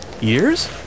Years